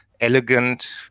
elegant